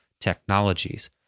technologies